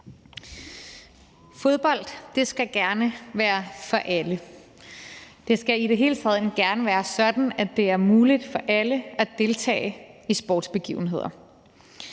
Fodbold skal gerne være for alle. Det skal i det hele taget gerne være sådan, at det er muligt for alle at deltage i sportsbegivenheder.